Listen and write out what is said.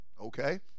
okay